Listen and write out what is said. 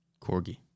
Corgi